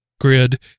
grid